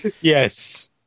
Yes